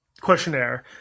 questionnaire